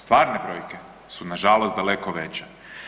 Stvarne brojke su nažalost daleko veće.